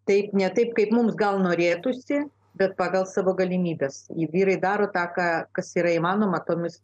taip ne taip kaip mums gal norėtųsi bet pagal savo galimybes vyrai daro tą ką kas yra įmanoma tomis